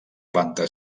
planta